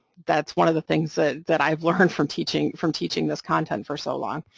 that's one of the things that that i've learned from teaching from teaching this content for so long.